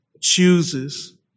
chooses